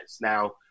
Now